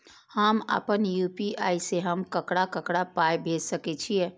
हम आपन यू.पी.आई से हम ककरा ककरा पाय भेज सकै छीयै?